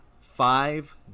five